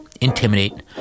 intimidate